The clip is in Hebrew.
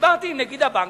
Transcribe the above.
דיברתי עם נגיד הבנק,